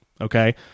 Okay